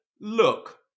Look